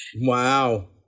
Wow